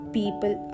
people